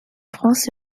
france